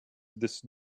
this